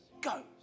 Go